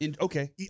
Okay